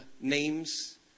names